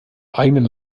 eigenen